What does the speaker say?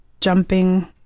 jumping